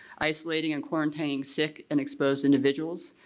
isolating, and quarantining sick and exposed individuals,